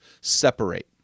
separate